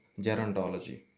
gerontology